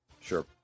Sure